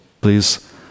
please